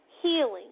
healing